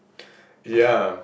ya